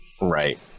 right